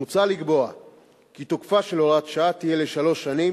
מוצע לקבוע כי תוקפה של הוראת השעה יהיה לשלוש שנים,